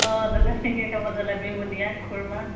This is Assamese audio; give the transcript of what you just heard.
অঁ বুনিয়া খুৰমা